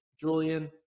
Julian